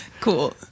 Cool